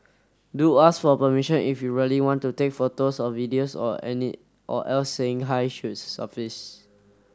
do ask for permission if you really want to take photos or videos or any or else saying hi should suffice